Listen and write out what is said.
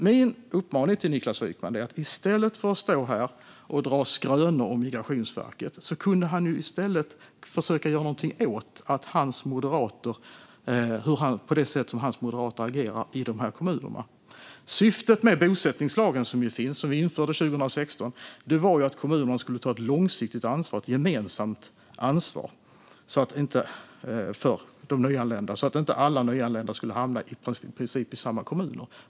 Min uppmaning till Niklas Wykman är att, i stället för att stå här och dra skrönor om Migrationsverket, försöka att göra någonting åt hur moderata politiker agerar i de här kommunerna. Syftet med bosättningslagen som vi införde 2016 var att kommunerna skulle ta ett långsiktigt och gemensamt ansvar för de nyanlända så att inte alla skulle hamna i princip i samma kommuner.